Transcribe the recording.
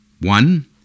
One